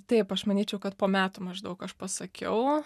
taip aš manyčiau kad po metų maždaug aš pasakiau